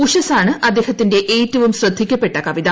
ഉഷസാണ് അദ്ദേഹത്തിന്റെ ഏറ്റവും ശ്രദ്ധിക്കപ്പെട്ട കവിത